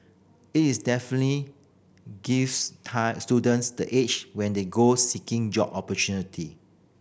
is definitely gives students the edge when they go seeking job opportunity